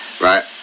right